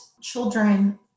children –